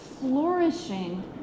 flourishing